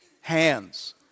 hands